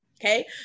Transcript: Okay